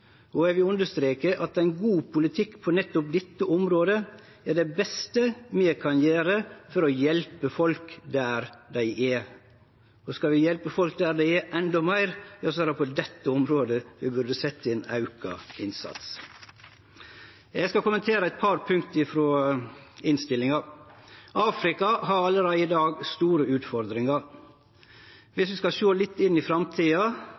og eg vil understreke at ein god politikk på nettopp dette området er det beste vi kan gjere for å hjelpe folk der dei er. Og skal vi hjelpe folk der dei er, endå meir, er det på dette området vi burde setje inn auka innsats. Eg skal kommentere eit par punkt frå innstillinga. Afrika har allereie i dag store utfordringar. Dersom vi skal sjå litt inn i framtida,